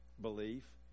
belief